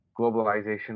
globalization